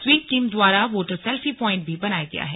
SVEEP team द्वारा voter selfie point भी बनाया गया है